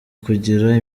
kugira